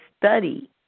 study